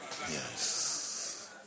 yes